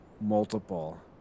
multiple